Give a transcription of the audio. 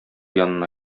янына